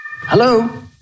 Hello